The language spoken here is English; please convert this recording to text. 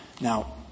Now